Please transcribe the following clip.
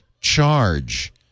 charge